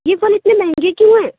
یہ پھل اتنے مہنگے کیوں ہیں